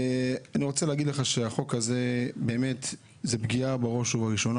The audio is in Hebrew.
אני רוצה להגיד לך שהחוק הזה הוא פגיעה באזרח הקטן בראש ובראשונה,